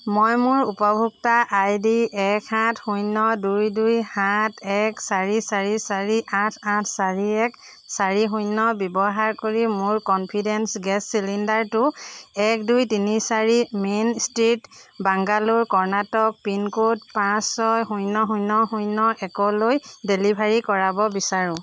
মই মোৰ উপভোক্তা আই ডি এক সাত শূন্য দুই দুই সাত এক চাৰি চাৰি চাৰি আঠ আঠ চাৰি এক চাৰি শূন্য ব্যৱহাৰ কৰি মোৰ কন্ফিডেঞ্চ গেছ চিলিণ্ডাৰটো এক দুই তিনি চাৰি main street Bangalore Karnataka pincode পাঁচ ছয় শূন্য শূন্য শূন্য একলৈ ডেলিভাৰী কৰাব বিচাৰোঁ